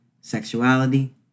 sexuality